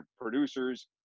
producers